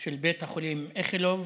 של בית החולים איכילוב